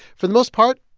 for the most part,